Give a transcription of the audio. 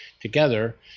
together